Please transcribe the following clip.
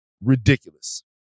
ridiculous